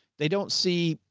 they don't see.